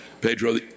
Pedro